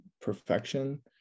perfection